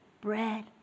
bread